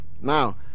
now